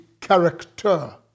character